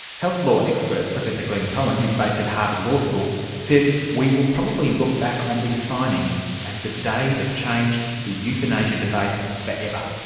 health law expert professor glenn cohen who is based at harvard law school says we will probably look back on this signing as the day that changed the euthanasia debate forever.